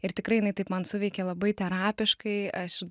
ir tikrai jinai taip man suveikė labai terapiškai aš